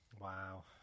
Wow